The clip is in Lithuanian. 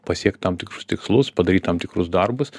pasiekt tam tikrus tikslus padaryt tam tikrus darbus